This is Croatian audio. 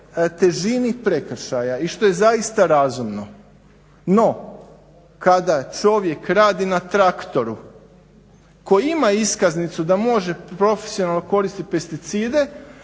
težini prekršaja i što je zaista razumno. No kada čovjek radi na traktoru koji ima iskaznicu koji može profesionalno koristiti pesticide